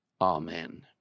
Amen